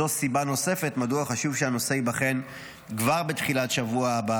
זו סיבה נוספת מדוע חשוב שהנושא ייבחן כבר בתחילת השבוע הבא